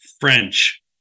French